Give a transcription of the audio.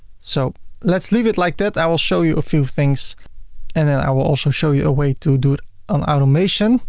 so let's leave it like that. i will show you a few things and then i will also show you a way to do it on automation.